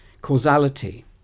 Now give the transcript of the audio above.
causality